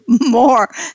more